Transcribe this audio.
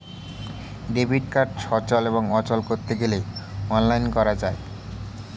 debit card সচল এবং অচল করতে গেলে অনলাইন করা যায়